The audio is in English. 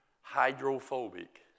hydrophobic